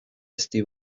ezti